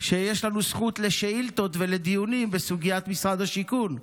בזכות שיש לנו לשאילתות ולדיונים בסוגיית משרד השיכון,